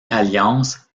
alliance